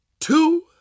two